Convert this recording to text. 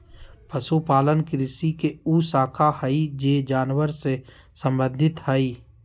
पशुपालन कृषि के उ शाखा हइ जे जानवर से संबंधित हइ